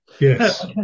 Yes